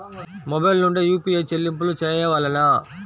Mobile నుండే UPI చెల్లింపులు చేయవలెనా?